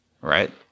right